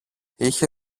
είχε